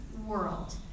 world